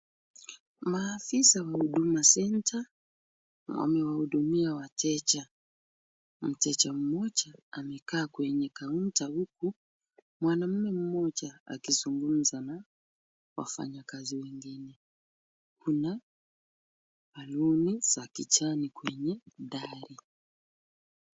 Maafisa wa huduma centre wamewahudumia wateja. Mteja mmoja amekaa kwenye kaunta huku mwanamme mmoja akizungumza na wafanyakazi wengine. Kuna baluni za kijani kwenye dari.